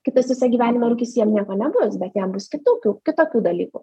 kitas visą gyvenimą rūkys ir jam nieko nebus bet jam bus kitokių kitokių dalykų